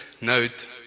note